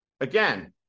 Again